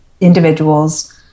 individuals